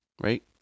right